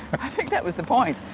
i think that was the point,